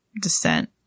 descent